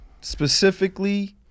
specifically